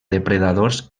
depredadors